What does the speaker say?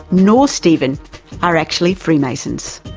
nor stephen are actually freemasons.